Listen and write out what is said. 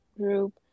group